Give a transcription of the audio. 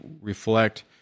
reflect